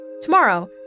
Tomorrow